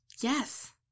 Yes